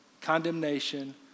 condemnation